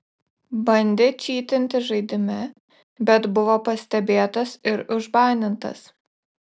bandė čytinti žaidime bet buvo pastebėtas ir užbanintas